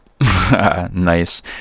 nice